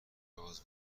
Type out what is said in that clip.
راز